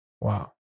wow